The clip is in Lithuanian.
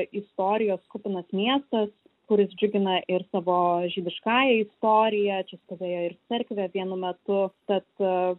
istorijos kupinas miestas kuris džiugina ir savo žydiškąja istorija čia stovėjo ir cerkvė vienu metu tad